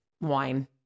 wine